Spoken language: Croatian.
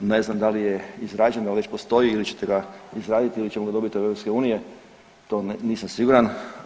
Ne znam da li je izrađen, dal već postoji ili ćete ga izraditi ili ćemo ga dobiti od EU, to nisam siguran.